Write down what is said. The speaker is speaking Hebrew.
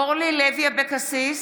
(קוראת בשם חברת הכנסת) אורלי לוי אבקסיס,